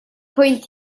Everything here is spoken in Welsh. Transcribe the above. pwynt